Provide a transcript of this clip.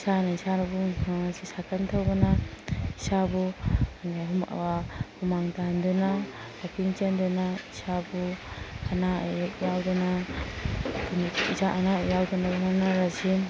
ꯏꯁꯥꯅ ꯏꯁꯥꯕꯨ ꯁꯥꯏꯀꯜ ꯊꯧꯕꯅ ꯏꯁꯥꯕꯨ ꯍꯨꯃꯥꯡ ꯇꯥꯍꯟꯗꯨꯅ ꯋꯥꯛꯀꯤꯡ ꯆꯦꯟꯗꯨꯅ ꯏꯁꯥꯕꯨ ꯑꯅꯥ ꯑꯌꯦꯛ ꯌꯥꯎꯗꯅ ꯏꯁꯥ ꯑꯅꯥ ꯑꯌꯦꯛ ꯌꯥꯎꯗꯅꯕ ꯍꯣꯠꯅꯔꯁꯤ